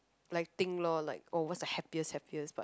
like think loh like oh what's the happiest happiest part